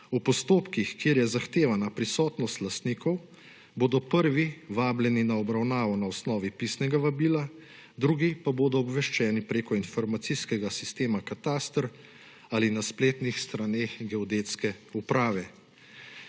V postopkih, kjer je zahtevana prisotnost lastnikov, bodo prvi vabljeni na obravnavo na osnovi pisnega vabila, drugi pa bodo obveščeni preko informacijskega sistema kataster ali na spletnih straneh Geodetske uprave.